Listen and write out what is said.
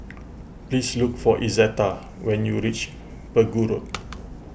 please look for Izetta when you reach Pegu Road